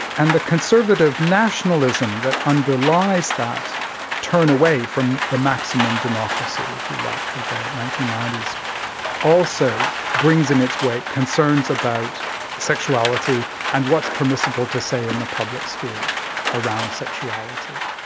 and the conservative nationalism that underlies that turn away from the maximum democracy, if you like, of the nineteen ninety s also brings in its wake concerns about sexuality and what's permissible to say in the public sphere around sexuality.